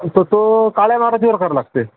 त तो काळे महाराजवर करावं लागते